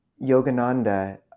Yogananda